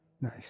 Nice